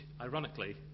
ironically